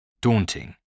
Daunting